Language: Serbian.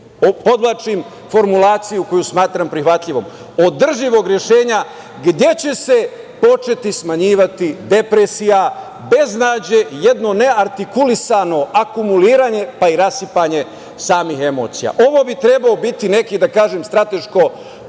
podvlačim formulaciju koju smatram prihvatljivom - održivog rešenja, gde će se početi smanjivati depresija, beznađe i jedno neartikulisano akumuliranje, pa i rasipanje samih emocija. Ovo bi trebalo biti neki strateško-politički